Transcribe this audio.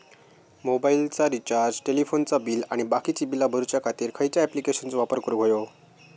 मोबाईलाचा रिचार्ज टेलिफोनाचा बिल आणि बाकीची बिला भरूच्या खातीर खयच्या ॲप्लिकेशनाचो वापर करूक होयो?